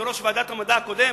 כיושב-ראש ועדת המדע הקודם.